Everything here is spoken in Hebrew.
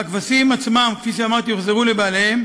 הכבשים עצמן, כפי שאמרתי, הוחזרו לבעליהן,